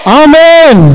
amen